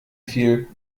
viel